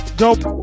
dope